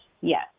Yes